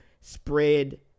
spread